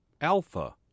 Alpha